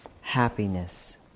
happiness